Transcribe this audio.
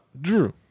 Drew